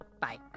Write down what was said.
Bye